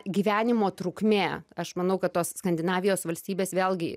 gyvenimo trukmė aš manau kad tos skandinavijos valstybės vėlgi